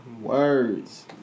Words